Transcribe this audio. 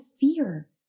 fear